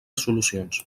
solucions